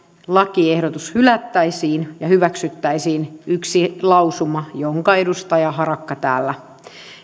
lakiehdotus hylättäisiin ja hyväksyttäisiin yksi lausuma jonka edustaja harakka täällä